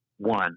One